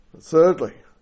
Thirdly